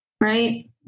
Right